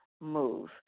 move